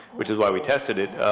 which is why we tested it.